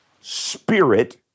Spirit